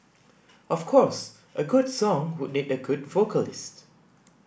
of course a good song would need a good vocalist